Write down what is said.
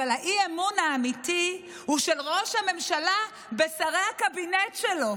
אבל האי-אמון האמיתי הוא של ראש הממשלה בשרי הקבינט שלו.